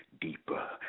deeper